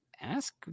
ask